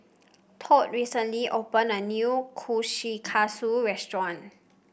Todd recently opened a new Kushikatsu Restaurant